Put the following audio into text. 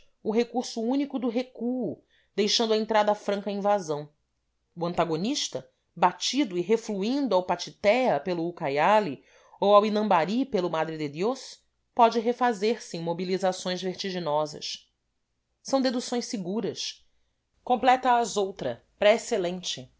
o recurso único do recuo deixando a entrada franca à invasão o antagonista batido e refluindo ao pachiteá pelo ucaiali ou ao inambari pelo madre de diós pode refazer se em mobilizações vertiginosas são deduções seguras completa-se outra